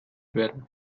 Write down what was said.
werden